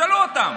תשאלו אותם.